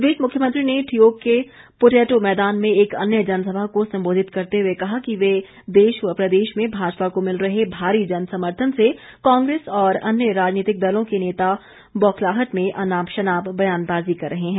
इस बीच मुख्यमंत्री ने ठियोग के पोटेटो मैदान में एक अन्य जनसभा को संबोधित करते हए कहा कि देश व प्रदेश में भाजपा को मिल रहे भारी जनसमर्थन से कांग्रेस और अन्य राजनीतिक दलों के नेता बौखलाहट में अनाप शनाप बयानबाजी कर रहे हैं